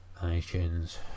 iTunes